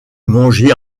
manger